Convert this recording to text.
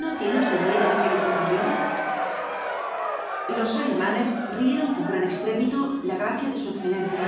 no tiene usted miedo de que le coman vivo los alemanes rieron con gran estrépito la gracia de su excelencia